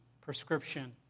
prescription